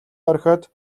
орхиод